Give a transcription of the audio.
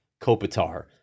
Kopitar